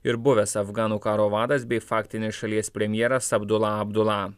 ir buvęs afganų karo vadas bei faktinis šalies premjeras abdula abdula